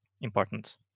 important